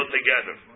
together